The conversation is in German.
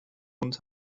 hund